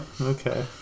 Okay